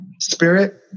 Spirit